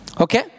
Okay